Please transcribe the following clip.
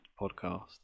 podcast